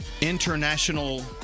International